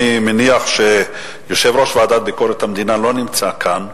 אני מניח שיושב-ראש ועדת ביקורת המדינה לא נמצא כאן.